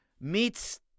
meets